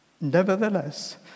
nevertheless